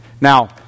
Now